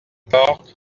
park